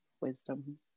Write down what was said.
wisdom